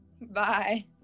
Bye